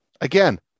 Again